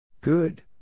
Good